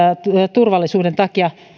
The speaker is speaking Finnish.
turvallisuuden takia